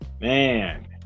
Man